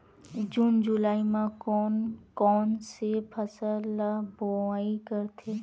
जून जुलाई म कोन कौन से फसल ल बोआई करथे?